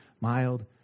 mild